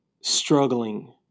struggling